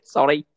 Sorry